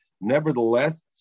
Nevertheless